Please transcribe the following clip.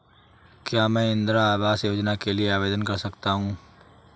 क्या मैं इंदिरा आवास योजना के लिए आवेदन कर सकता हूँ?